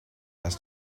has